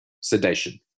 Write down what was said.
Sedation